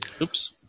Oops